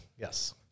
yes